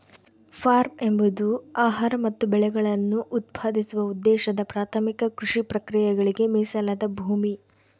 form ಎಂಬುದು ಆಹಾರ ಮತ್ತು ಬೆಳೆಗಳನ್ನು ಉತ್ಪಾದಿಸುವ ಉದ್ದೇಶದ ಪ್ರಾಥಮಿಕ ಕೃಷಿ ಪ್ರಕ್ರಿಯೆಗಳಿಗೆ ಮೀಸಲಾದ ಭೂಮಿ